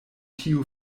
tio